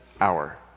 hour